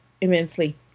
immensely